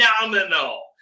phenomenal